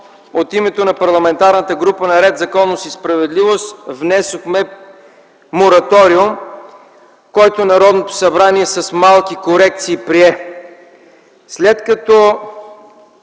от името на Парламентарната група на Ред, законност и справедливост внесохме мораториум, който Народното събрание с малки корекции прие. След като